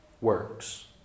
works